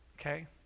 Okay